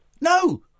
No